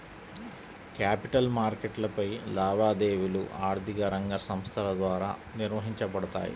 capital మార్కెట్లపై లావాదేవీలు ఆర్థిక రంగ సంస్థల ద్వారా నిర్వహించబడతాయి